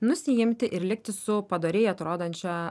nusiimti ir likti su padoriai atrodančia